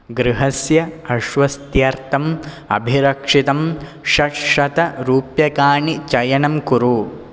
गृहस्य आश्वस्त्यर्थम् अभिरक्षितं षट्शतरूप्यकाणि चयनं कुरु